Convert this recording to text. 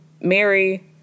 Mary